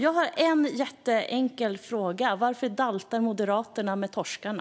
Jag har en jätteenkel fråga: Varför daltar Moderaterna med torskarna?